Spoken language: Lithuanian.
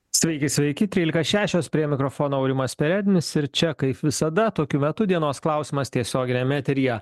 sveiki sveiki trylika šešios prie mikrofono aurimas perednis ir čia kaip visada tokiu metu dienos klausimas tiesioginiame eteryje